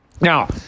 Now